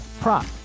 prop